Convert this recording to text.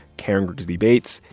karen grigsby bates,